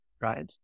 right